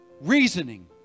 reasoning